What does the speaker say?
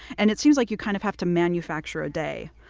and it seems like you kind of have to manufacture a day.